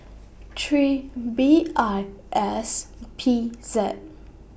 three B I S P Z